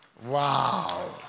Wow